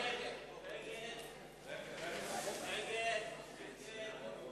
את הצעת חוק נישואין וגירושין, התשס”ט